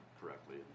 correctly